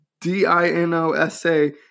D-I-N-O-S-A